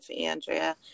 Andrea